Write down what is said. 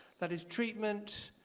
that is treatment,